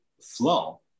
flow